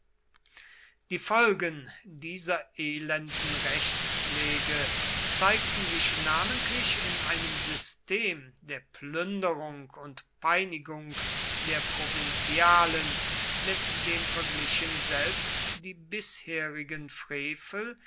die folgen dieser elenden rechtspflege zeigten sich namentlich in einem system der plünderung und peinigung der provinzialen mit dem verglichen selbst die bisherigen frevel